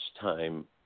time